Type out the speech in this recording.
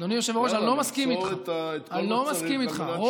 אדוני היושב-ראש, אני לא מסכים איתך.